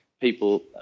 people